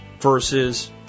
versus